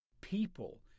People